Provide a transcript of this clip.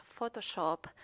Photoshop